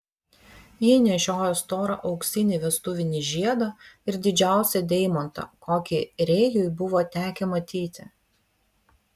ji nešiojo storą auksinį vestuvinį žiedą ir didžiausią deimantą kokį rėjui buvo tekę matyti